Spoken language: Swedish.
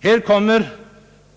Här kommer